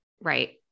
Right